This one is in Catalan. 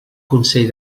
consell